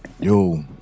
yo